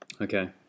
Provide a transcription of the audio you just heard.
Okay